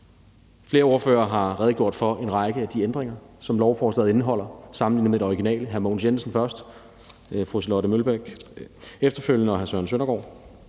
Flere ordførere har redegjort for en række af de ændringer, som lovforslaget indeholder sammenlignet med det originale. Hr. Mogens Jensen først, fru Charlotte Broman Mølbæk efterfølgende og så hr. Søren Søndergaard.